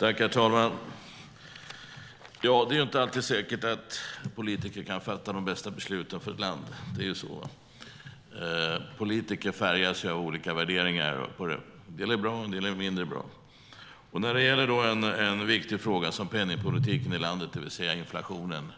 Herr talman! Det är inte alltid säkert att politiker kan fatta de bästa besluten för ett land. Så är det. Politik färgas av olika värderingar. En del är bra, andra mindre bra. När det gäller en viktig fråga som penningpolitiken i landet, det vill säga inflationen,